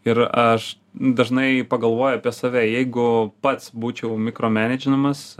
ir aš dažnai pagalvoju apie save jeigu pats būčiau mikromedžinamas